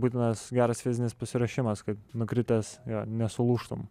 būtinas geras fizinis pasiruošimas kad nukritęs jo nesulūžtum